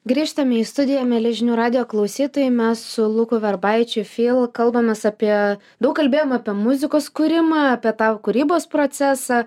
grįžtame į studiją mieli žinių radijo klausytojai mes su luku verbaičiu fyl kalbamės apie daug kalbėjom apie muzikos kūrimą apie tą kūrybos procesą